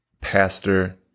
pastor